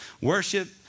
Worship